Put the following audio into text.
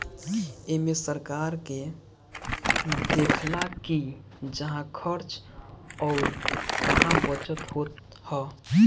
एमे सरकार देखऽला कि कहां खर्च अउर कहा बचत होत हअ